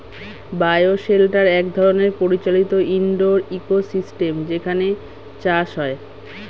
bio shelter এক ধরনের পরিচালিত ইন্ডোর ইকোসিস্টেম যেখানে চাষ হয়